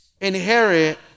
inherit